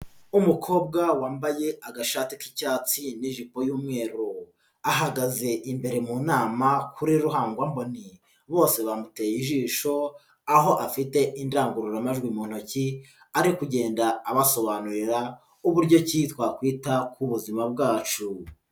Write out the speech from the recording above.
Umukobwa wambaye agashati k'icyatsi n'ijipo y'umweru, ahagaze imbere mu nama kuri ruhangwaboni, bose bamuteye ijisho aho afite indangururamajwi mu ntoki ari kugenda abasobanurira uburyo ki twakwita ku buzima bwacu.